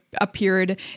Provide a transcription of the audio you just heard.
appeared